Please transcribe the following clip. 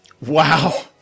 Wow